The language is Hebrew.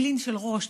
תפילין של ראש,